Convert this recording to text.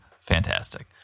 fantastic